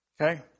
Okay